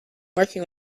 working